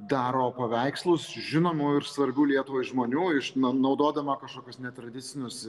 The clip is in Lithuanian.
daro paveikslus žinomų ir svarbių lietuvai žmonių iš na naudodama kažkokius netradicinius